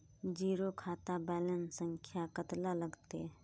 Zero खाता balance संख्या कतला लगते?